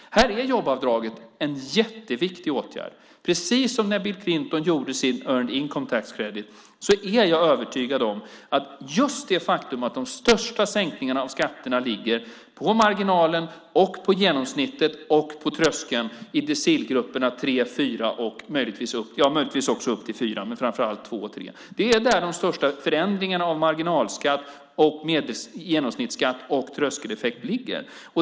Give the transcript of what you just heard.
Här är jobbavdraget en jätteviktig åtgärd. Det är precis som när Bill Clinton gjorde sin Earned Income Tax Credit. De största sänkningarna av skatterna ligger på marginalen, på genomsnittet och på tröskeln i decilgrupperna 2 och 3, möjligtvis upp till 4. Det är där de största förändringarna av marginalskatt, genomsnittsskatt och tröskeleffekt ligger.